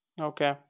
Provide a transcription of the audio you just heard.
Okay